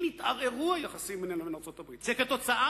אם יתערערו היחסים בינינו לבין ארצות-הברית וכתוצאה